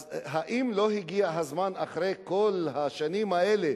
אז האם לא הגיע הזמן, אחרי כל השנים האלה,